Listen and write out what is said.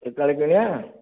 ଏକାଳେ କିଣିବା